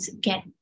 get